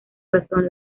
razón